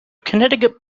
connecticut